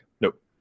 Nope